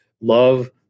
Love